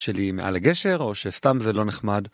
‫שלי מעל הגשר או, שסתם זה לא נחמד.